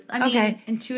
Okay